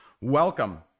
Welcome